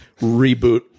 reboot